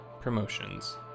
promotions